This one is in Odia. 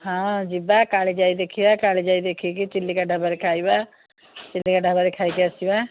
ହଁ ଯିବା କାଳିଜାଈ ଦେଖିବା କାଳିଜାଈ ଦେଖିକି ଚିଲିକା ଢାବାରେ ଖାଇବା ଚିଲିକା ଢାବା ରେ ଖାଇକି ଆସିବା